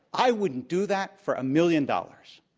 i wouldn't do that for a million dollars.